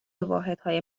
واحدهای